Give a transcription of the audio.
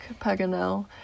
Paganel